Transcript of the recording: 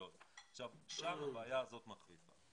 שם הבעיה הזאת מחריפה.